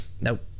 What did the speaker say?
nope